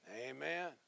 Amen